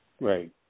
Right